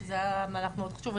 שזה היה מהלך מאד חשוב,